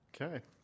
Okay